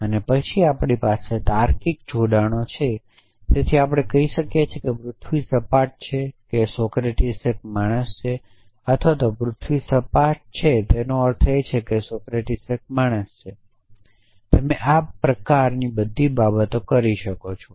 અને પછી આપણી પાસે તાર્કિક જોડાણો છે તેથી આપણે કહી શકીએ કે પૃથ્વી સપાટ છે કે સોક્રેટીસ એક માણસ છે અથવા પૃથ્વી સપાટ છે તેનો અર્થ એ છે કે સોક્રેટીસ એક માણસ છે તમે આ પ્રકારની બધી બાબતો કરી શકો છો